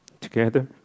together